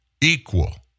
equal